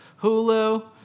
Hulu